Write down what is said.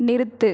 நிறுத்து